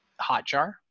Hotjar